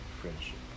Friendship